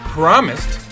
promised